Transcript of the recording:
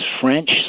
French